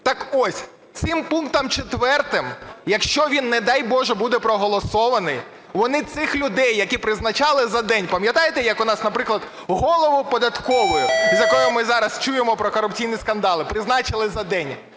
Так ось, цим пунктом четвертим, якщо він, не дай Боже, буде проголосований, вони цих людей, які призначали за день, пам'ятаєте, як у нас, наприклад, голову податкової, від якої ми зараз чуємо про корупційні скандали, призначили за день.